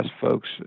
folks